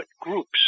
groups